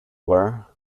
were